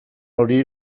hori